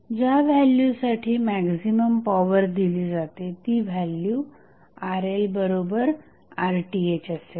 ज्या व्हॅल्यूसाठी maximum power दिली जाते ती व्हॅल्यू RLRTh असेल